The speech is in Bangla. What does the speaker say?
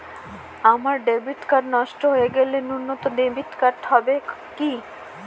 আমার ডেবিট কার্ড নষ্ট হয়ে গেছে নূতন ডেবিট কার্ড হবে কি?